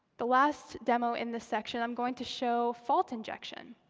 the last demo in the section, i'm going to show fault injection.